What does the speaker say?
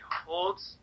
holds